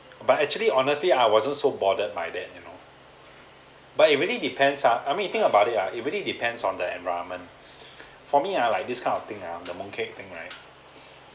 but actually honestly I wasn't so bothered by that you know but it really depends ah I mean think about it ya it really depends on the environment for me ah like this kind of thing ah the mooncake thing right